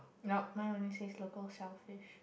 nope mine only says local shellfish